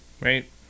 Right